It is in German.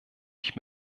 ich